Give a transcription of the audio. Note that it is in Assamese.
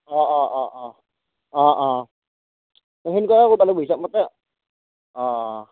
অঁ অঁ অঁ অঁ অঁ অঁ এ তেনেকুৱাকে কৰিব লাগিব হিচাবমতে অঁ অঁ